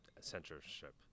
censorship